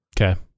Okay